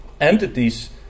entities